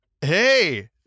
Hey